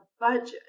budget